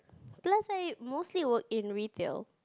plus I mostly work in retail